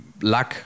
luck